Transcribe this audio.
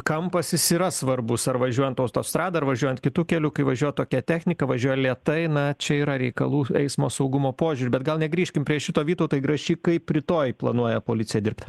kampas jis yra svarbus ar važiuojant autostrada ar važiuojant kitu keliu kai važiuoja tokia technika važiuoja lėtai na čia yra reikalų eismo saugumo požiūriu bet gal negrįžkim prie šito vytautai grašy kaip rytoj planuoja policija dirbti